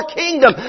kingdom